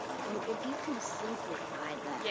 well if you can simplify that. yeah